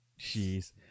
Jeez